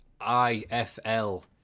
IFL